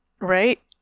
Right